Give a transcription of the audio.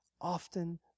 often